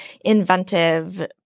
inventive